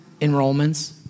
enrollments